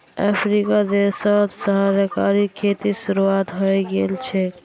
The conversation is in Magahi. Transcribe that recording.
अफ्रीकी देश तो सहकारी खेतीर शुरुआत हइ गेल छ